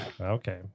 okay